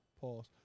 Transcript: Pause